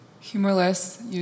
Humorless